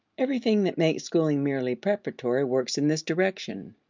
everything that makes schooling merely preparatory works in this direction.